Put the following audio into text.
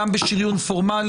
בחרתם לעשות אחרת,